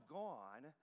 gone